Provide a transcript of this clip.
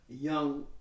young